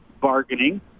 bargaining